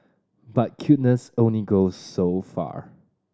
but cuteness only goes so far